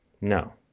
no